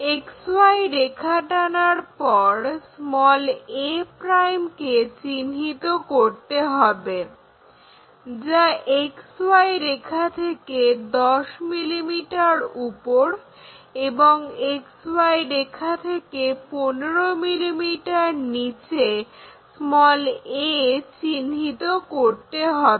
XY রেখা টানার পর a' কে চিহ্নিত করতে হবে যা XY রেখা থেকে 10 mm উপর এবং XY রেখা থেকে 15 mm নিচে a চিহ্নিত করতে হবে